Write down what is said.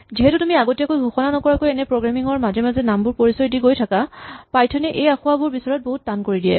যিহেতু তুমি আগতীয়াকৈ ঘোষণা নকৰাকৈ এনেকৈ প্ৰ্গেমিং ৰ মাজে মাজে নামবোৰ পৰিচয় দি গৈ থাকা পাইথন এ সেই আসোঁৱাহবোৰ বিচৰাটো বহুত টান কৰি দিয়ে